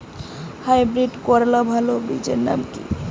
Hybrid করলার ভালো বীজের নাম কি?